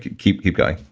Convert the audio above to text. keep keep going.